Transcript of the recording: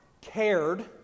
cared